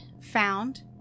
found